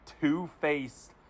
two-faced